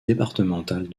départementales